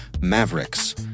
Mavericks